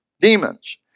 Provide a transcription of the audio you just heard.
demons